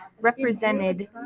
represented